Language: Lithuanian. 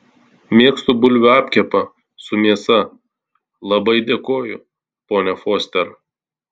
mėgstu bulvių apkepą su mėsa labai dėkoju ponia foster